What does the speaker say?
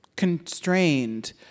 constrained